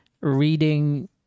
Reading